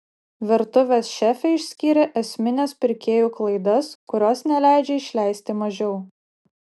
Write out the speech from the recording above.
virtuvės šefė išskyrė esmines pirkėjų klaidas kurios neleidžia išleisti mažiau